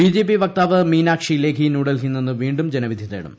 B J P വക്താവ് മീനാക്ഷി ലേഖി ന്യൂഡൽഹിയിൽ നിന്ന് വീ ും ജനവിധി തേടും